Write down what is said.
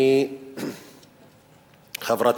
חברת